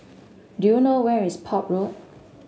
do you know where is Port Road